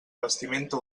vestimenta